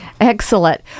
Excellent